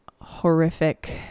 horrific